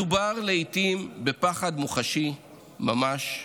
מדובר לעיתים בפחד מוחשי ממש,